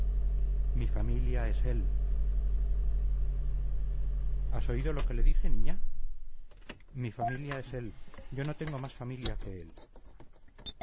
mi familia es él has oído lo que le dije niña mi familia es él yo no tengo más familia que él